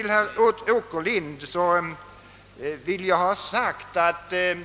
För herr Åkerlind vill jag påpeka, att det